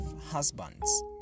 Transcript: husbands